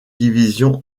division